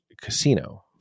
casino